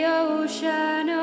ocean